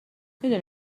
میدونی